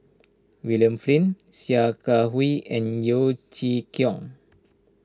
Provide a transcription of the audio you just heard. William Flint Sia Kah Hui and Yeo Chee Kiong